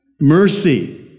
Mercy